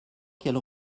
qu’elle